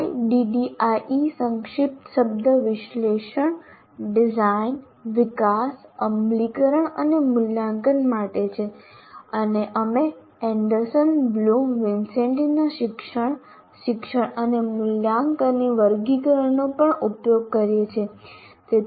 ADDIE સંક્ષિપ્ત શબ્દ વિશ્લેષણ ડિઝાઇન વિકાસ અમલીકરણ અને મૂલ્યાંકન માટે છે અને અમે એન્ડરસન બ્લૂમ વિન્સેન્ટીના શિક્ષણ શિક્ષણ અને મૂલ્યાંકનની વર્ગીકરણનો પણ ઉપયોગ કરીએ છીએ